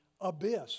abyss